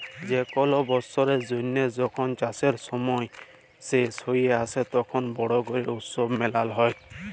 যে কল বসরের জ্যানহে যখল চাষের সময় শেষ হঁয়ে আসে, তখল বড় ক্যরে উৎসব মালাল হ্যয়